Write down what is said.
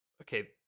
okay